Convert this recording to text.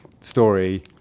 story